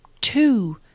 two